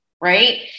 Right